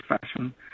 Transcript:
fashion